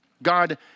God